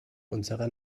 unserer